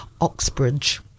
Oxbridge